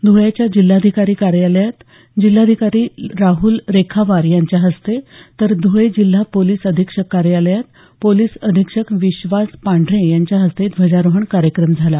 ध्वळ्याच्या जिल्हाधिकारी कार्यालयात जिल्हाधिकारी राहल रेखावार यांच्या हस्ते तर ध्रळे जिल्हा पोलीस अधीक्षक कार्यालयात पोलीस अधीक्षक विश्वास पांढरे यांच्या हस्ते ध्वजारोहण कार्यक्रम झाला